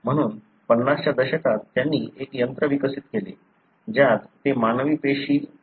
म्हणून 50 च्या दशकात त्यांनी एक तंत्र विकसित केले ज्यात ते मानवी पेशीची कल्चर करण्यास सक्षम झाले